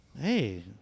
Hey